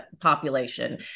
population